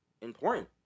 important